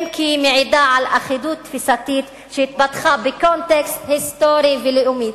מה שמעיד על "אחידות תפיסתית" שהתפתחה בקונטקסט היסטורי ולאומי.